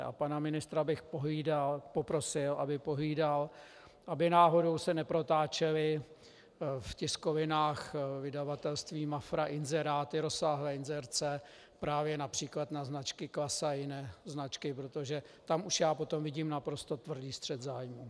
A pana ministra bych poprosil, aby pohlídal, aby náhodou se neprotáčely v tiskovinách vydavatelství MAFRA inzeráty rozsáhlé inzerce právě například na značky Klasa a jiné značky, protože tam už já potom vidím naprosto tvrdý střet zájmů.